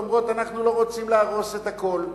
אומרים: אנחנו לא רוצים להרוס את הכול.